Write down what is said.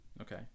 Okay